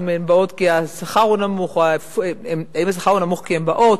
אם הן באות כי השכר הוא נמוך או אם השכר הוא נמוך כי הן באות,